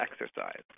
exercise